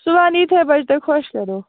صُبحن یِتھے بَجہِ تۄہہِ خۄش کَرو